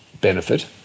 benefit